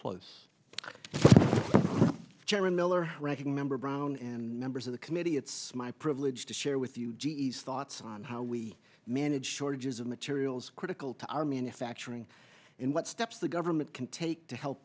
close chairman miller ranking member brown and members of the committee it's my privilege to share with you g e s thoughts on how we manage shortages of materials critical to our manufacturing and what steps the government can take to help